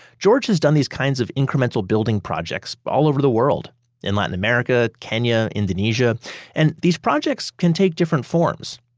george has done these kinds of incremental building projects all over the world in latin america, kenya, indonesia and these projects can take different forms.